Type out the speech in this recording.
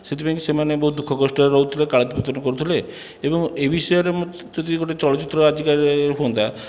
ସେଥିପାଇଁକି ସେମାନେ ବହୁତ ଦୁଃଖ କଷ୍ଟରେ ରହୁଥିଲେ କରୁଥିଲେ ଏବଂ ଏ ବିଷୟରେ ଯଦି ଗୋଟିଏ ଚଳଚ୍ଚିତ୍ର ଆଜିକାଲିକା ହୁଅନ୍ତା